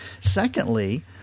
Secondly